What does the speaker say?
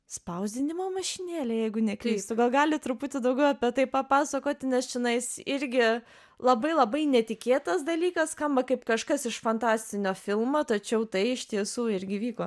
spausdinimo mašinėlę jeigu neklystu gal galit truputį daugiau apie tai papasakoti nes čionais irgi labai labai netikėtas dalykas skamba kaip kažkas iš fantastinio filmo tačiau tai iš tiesų irgi vyko